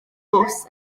bws